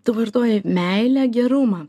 tu vartoji meilę gerumą